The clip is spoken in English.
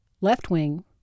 Left-wing